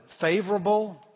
favorable